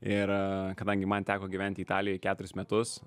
ir kadangi man teko gyventi italijoj keturis metus